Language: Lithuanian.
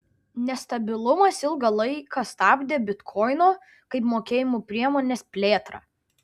nestabilumas ilgą laiką stabdė bitkoino kaip mokėjimų priemonės plėtrą